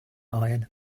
iron